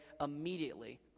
immediately